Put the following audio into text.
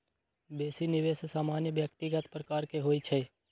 बेशी निवेश सामान्य व्यक्तिगत प्रकार के होइ छइ